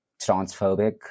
transphobic